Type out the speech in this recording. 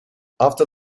after